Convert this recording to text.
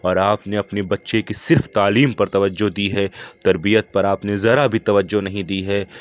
اور آپ نے اپنے بچے کی صرف تعلیم پر توجہ دی ہے تربیت پر آپ نے ذرا بھی توجہ نہیں دی ہے